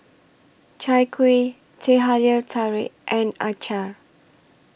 Chai Kuih Teh Halia Tarik and Acar